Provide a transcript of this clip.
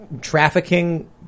trafficking